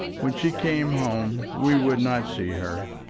when she came home we would not see her.